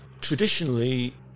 Traditionally